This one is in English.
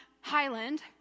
Highland